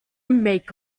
make